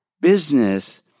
business